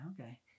okay